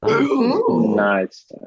Nice